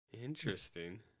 Interesting